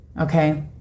okay